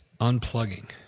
unplugging